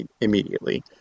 immediately